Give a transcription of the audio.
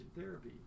therapy